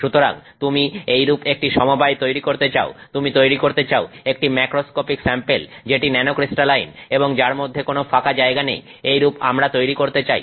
সুতরাং তুমি এই রূপ একটি সমবায় তৈরি করতে চাও তুমি তৈরি করতে চাও একটি ম্যাক্রোস্কোপিক স্যাম্পেল যেটি ন্যানোক্রিস্টালাইন এবং যার মধ্যে কোনো ফাঁকা জায়গা নেই এইরূপ আমরা তৈরী করতে চাই